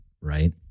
Right